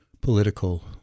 political